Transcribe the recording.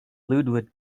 ludwig